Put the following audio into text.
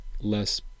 less